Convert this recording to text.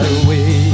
away